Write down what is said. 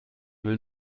will